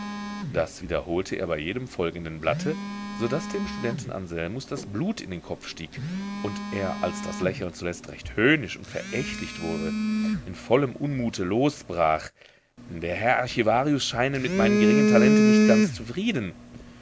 das wiederholte er bei jedem folgenden blatte so daß dem studenten anselmus das blut in den kopf stieg und er als das lächeln zuletzt recht höhnisch und verächtlich wurde in vollem unmute losbrach der herr archivarius scheinen mit meinen geringen talenten nicht ganz zufrieden